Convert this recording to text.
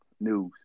news